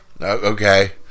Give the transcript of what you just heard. Okay